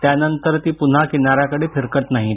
त्यानंतर ती पून्हा किनाऱ्याकडे फिरकत नाहीत